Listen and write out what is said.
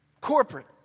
corporate